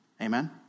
Amen